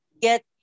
get